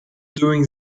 during